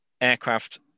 aircraft